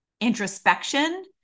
introspection